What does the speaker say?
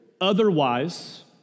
Otherwise